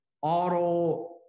auto